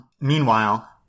meanwhile